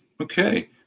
Okay